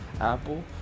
Apple